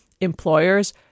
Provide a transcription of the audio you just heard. employers